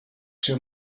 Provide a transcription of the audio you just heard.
too